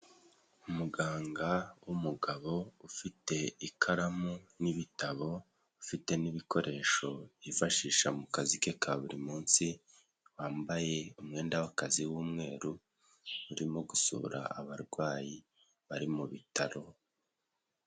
Umuganga wumugabo ufite ikaramu n'ibitabo ufite n'ibikoresho yifashisha mu kazi ke ka buri munsi wambaye umwenda w'akazi w'umweru urimo gusura abarwayi bari mubi bitaro.